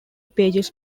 pages